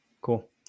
Cool